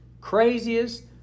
craziest